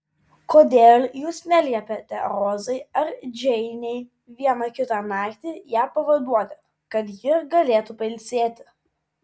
kodėl jūs neliepiate rozai ar džeinei vieną kitą naktį ją pavaduoti kad ji galėtų pailsėti